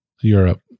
Europe